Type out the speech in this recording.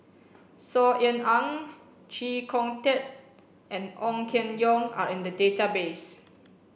Saw Ean Ang Chee Kong Tet and Ong Keng Yong are in the database